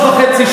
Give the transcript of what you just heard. החוצה.